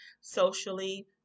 socially